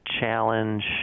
challenge